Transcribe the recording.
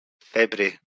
February